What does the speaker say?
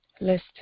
list